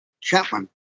Chapman